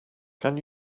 can